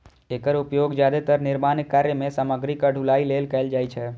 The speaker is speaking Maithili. एकर उपयोग जादेतर निर्माण कार्य मे सामग्रीक ढुलाइ लेल कैल जाइ छै